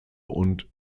und